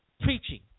preaching